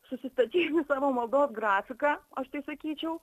susistatyti savo maldos grafiką aš taip sakyčiau